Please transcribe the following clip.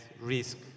risk